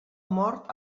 mort